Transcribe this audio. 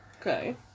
Okay